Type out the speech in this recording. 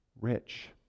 rich